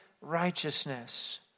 righteousness